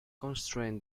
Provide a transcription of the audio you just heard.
constrain